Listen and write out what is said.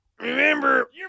Remember